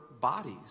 bodies